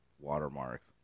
watermarks